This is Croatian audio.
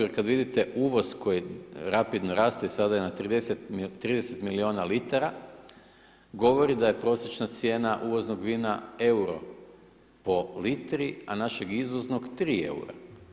Jer kada vidite uvoz koji rapidno raste i sada je na 30 milijuna litara govori da je prosječna cijena uvoznog vina euro po litri a našeg izvoznog 3 eura.